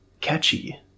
catchy